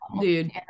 dude